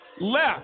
left